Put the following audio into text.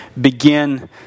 begin